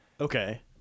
Okay